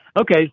Okay